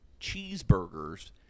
cheeseburgers